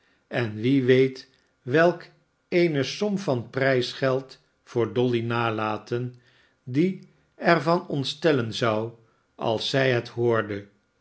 en wie weet welk eene som van prijsgeld voor dolly nalaten die er van ontstellen zou als zij het hoorde